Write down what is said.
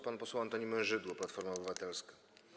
Pan poseł Antoni Mężydło, Platforma Obywatelska.